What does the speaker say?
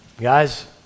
Guys